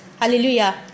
hallelujah